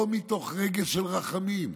ולא מתוך רגש של רחמים.